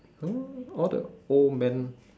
no all the old man